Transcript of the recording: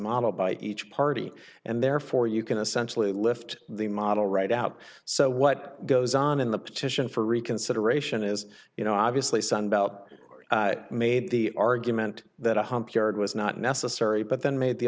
model by each party and therefore you can essentially lift the model right out so what goes on in the petition for reconsideration is you know obviously sunbelt made the argument that a hump yard was not necessary but then ma